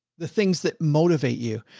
the things that motivate you.